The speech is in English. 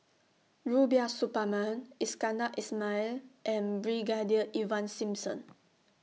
Rubiah Suparman Iskandar Ismail and Brigadier Ivan Simson